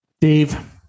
Dave